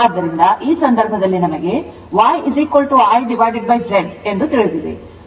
ಆದ್ದರಿಂದ ಈ ಸಂದರ್ಭದಲ್ಲಿ ನಮಗೆ Y 1Z ಎಂದು ತಿಳಿದಿದೆ